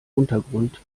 untergrund